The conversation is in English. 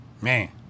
Man